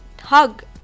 hug